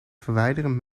verwijderen